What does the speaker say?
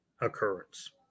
occurrence